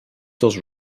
does